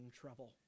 trouble